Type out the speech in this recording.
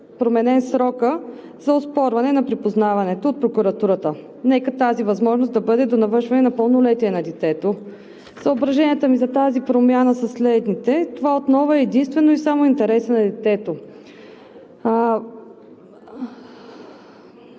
да бъде срокът за оспорване на припознаването от прокуратурата. Нека тази възможност да бъде до навършване на пълнолетие на детето. Съображенията ми за тази промяна са следните: това отново е единствено и само в интерес на детето.